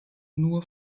nur